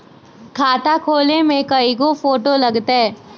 खाता खोले में कइगो फ़ोटो लगतै?